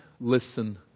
listen